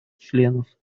членов